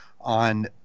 on